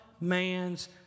man's